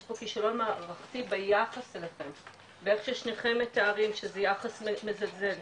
יש פה כשלון מערכתי ביחס אליכם ואיך ששניכם מתארים זה יחס מזלזל,